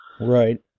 Right